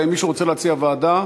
אלא אם מישהו רוצה להציע ועדה,